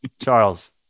Charles